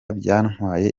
byantwaye